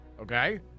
Okay